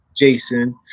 Jason